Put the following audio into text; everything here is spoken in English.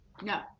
No